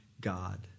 God